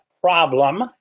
problem